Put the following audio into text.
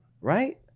Right